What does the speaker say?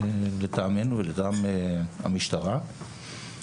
לטעמנו, לטעם המשטרה.